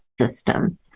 system